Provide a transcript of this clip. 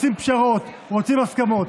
רוצים פשרות, רוצים הסכמות.